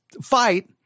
fight